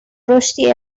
رشدی